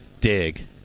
dig